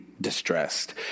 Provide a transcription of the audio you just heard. distressed